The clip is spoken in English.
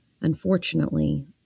unfortunately